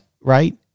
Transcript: right